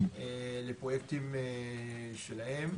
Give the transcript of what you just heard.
לפרויקטים שלהם,